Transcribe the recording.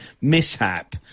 mishap